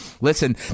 listen